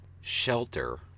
shelter